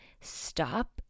Stop